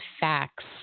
facts